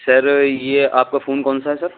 سر یہ آپ کا فون کون سا ہے سر